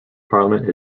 parliament